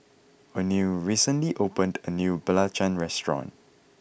Oneal recently opened a new Belacan restaurant